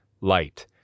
light